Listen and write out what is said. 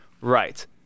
right